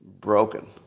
broken